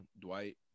Dwight